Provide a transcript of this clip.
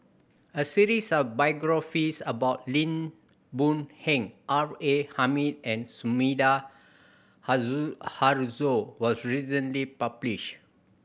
a series of biographies about Lim Boon Heng R A Hamid and Sumida Haruzo was recently published